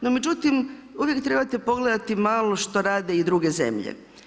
No međutim uvijek trebate pogledati malo što rade i druge zemlje.